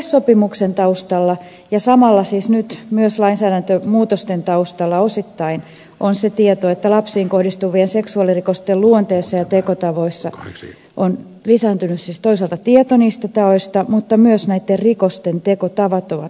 yleissopimuksen taustalla ja samalla siis osittain nyt myös lainsäädäntömuutosten taustalla on toisaalta se että tieto lapsiin kohdistuvien seksuaalirikosten luonteesta ja tekotavoista on lisääntynyt mutta myös näitten rikosten tekotavat ovat muuttuneet